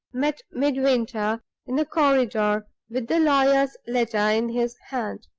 met midwinter in the corridor with the lawyer's letter in his hand.